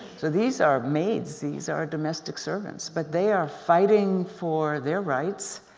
so these are maids. these are domestic servants but they are fighting for their rights.